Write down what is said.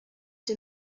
dem